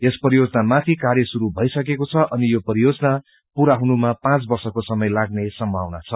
यस परियोजना माथि कार्य शुरू भईसकेको छ अनि यो परियोजना पूरा हुनुमा पाँच वर्षको समय लाग्ने सम्भावना छ